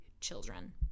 children